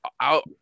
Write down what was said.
out